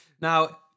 Now